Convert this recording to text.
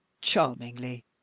charmingly